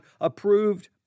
approved